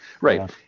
Right